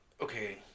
okay